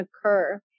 occur